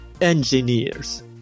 engineers